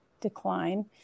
decline